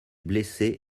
blessé